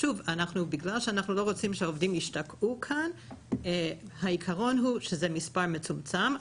בגלל שאנחנו לא רוצים שהעובדים ישתקעו כאן העיקרון הוא שזה מספר מצומצם.